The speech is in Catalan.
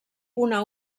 una